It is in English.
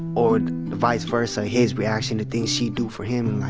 or vice versa his reaction to things she'd do for him.